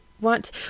want